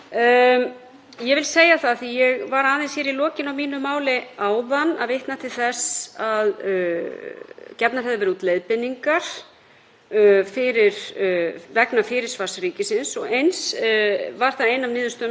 vegna fyrirsvars ríkisins og eins var það ein af niðurstöðum stefnumótunarvinnu hjá embætti ríkislögmanns að hann skyldi móta viðmið og meginreglur um fyrirsvar embættisins í málum sem eru rekin fyrir dómstólum fyrir hönd ríkisins, sem ég held að sé